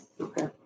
Okay